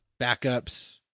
backups